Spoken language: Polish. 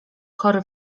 chory